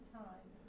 time